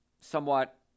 somewhat